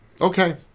Okay